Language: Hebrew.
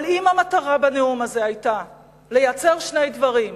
אבל אם המטרה בנאום הזה היתה לייצר שני דברים: